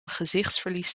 gezichtsverlies